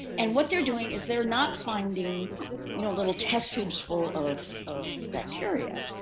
and what they're doing is they're not finding you know little test tubes full of of bacteria.